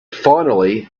finally